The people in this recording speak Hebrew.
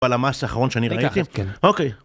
על המס האחרון שאני ראיתי? כן. אוקיי.